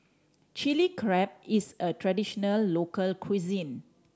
Chilli Crab is a traditional local cuisine